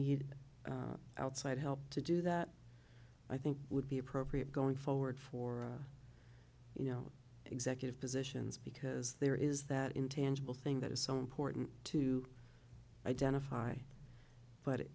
need outside help to do that i think would be appropriate going forward for you know executive positions because there is that intangible thing that is so important to identify but